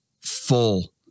full